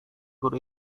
guru